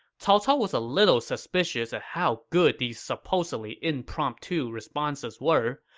cao cao was a little suspicious at how good these supposedly impromptu responses were,